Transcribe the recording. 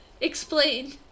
Explain